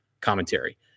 commentary